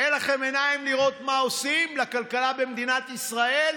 אין לכם עיניים לראות מה עושים לכלכלה במדינת ישראל?